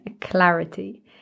clarity